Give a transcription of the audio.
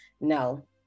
No